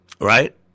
Right